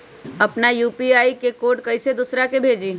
अपना यू.पी.आई के कोड कईसे दूसरा के भेजी?